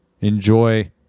enjoy –